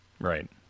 Right